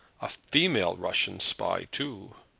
a female russian spy too!